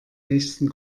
nächsten